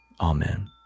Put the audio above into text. Amen